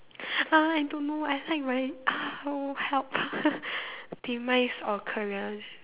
uh I don't know I like my !aiyo! help demise or career